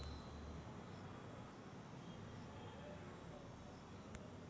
मले कमी खर्चात सेंद्रीय शेतीत मोसंबीचं जास्त उत्पन्न कस घेता येईन?